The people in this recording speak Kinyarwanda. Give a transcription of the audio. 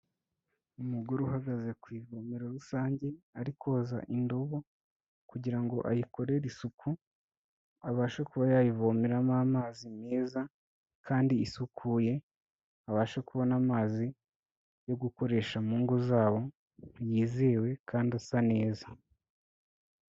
Umugore uhagaze ku ivomero rusange ari koza indobo kugira ngo ayikorere isuku, abashe kuba yayivomeramo amazi meza kandi isukuye abashe kubona amazi yo gukoresha mu ngo zabo yizewe kandi asa neza.